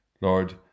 Lord